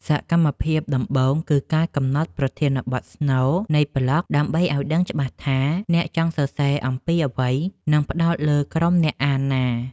សកម្មភាពដំបូងគឺការកំណត់ប្រធានបទស្នូលនៃប្លក់ ដើម្បីឱ្យដឹងច្បាស់ថាអ្នកចង់សរសេរអំពីអ្វី និងផ្ដោតលើក្រុមអ្នកណាអាន។